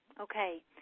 okay